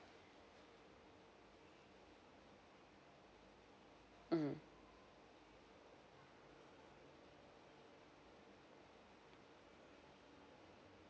mm